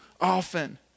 often